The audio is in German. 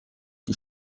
die